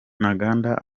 ntaganda